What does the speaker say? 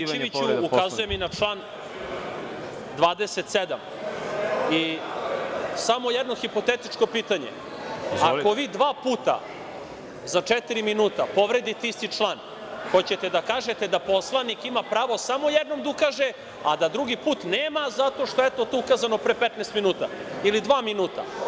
Gospodine Milićeviću, ukazujem i na član 27. i samo jedno hipotetičko pitanje – ako vi dva puta za četiri minuta povredite isti član, hoćete da kažete da poslanik ima pravo samo jednom da ukaže, a da drugi put nema zato što je to, eto, ukazano pre 15 minuta ili dva minuta?